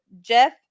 jeff